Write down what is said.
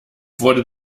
wurde